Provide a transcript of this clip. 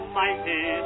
mighty